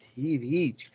TV